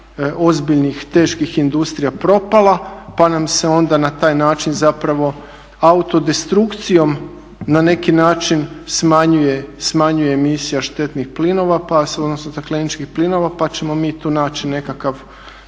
ozbiljnih, teških industrija propala, pa nam se onda na taj način zapravo auto destrukcijom na neki način smanjuje emisija štetnih plinova, odnosno stakleničkih plinova pa ćemo mi tu naći nekakav